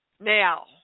Now